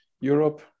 Europe